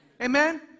Amen